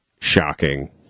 shocking